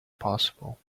possible